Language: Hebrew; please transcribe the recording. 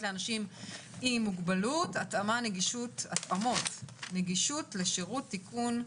לאנשים עם מוגבלות (התאמות נגישות לשירות (תיקון),